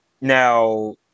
Now